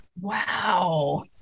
Wow